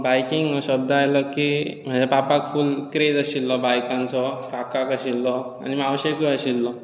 biking हो शब्द आयलो की म्हाज्या पापाक फूल क्रेझ आशिल्लो बायकांचो काकाक आशिल्लो आनी मावशेकूय आशिल्लो